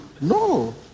No